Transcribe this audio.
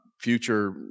future